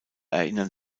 erinnern